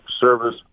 service